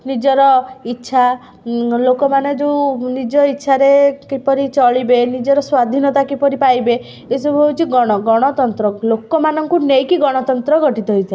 ନିଜର ଇଚ୍ଛା ଲୋକମାନେ ଯେଉଁ ନିଜ ଇଚ୍ଛାରେ କିପରି ଚଳିବେ ନିଜର ସ୍ୱାଧୀନତା କିପରି ପାଇବେ ଏସବୁ ହେଉଛି ଗଣ ଗଣତନ୍ତ୍ର ଲୋକମାନଙ୍କୁ ନେଇକି ଗଣତନ୍ତ୍ର ଗଠିତ ହେଇଥାଏ